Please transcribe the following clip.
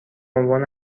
عنوان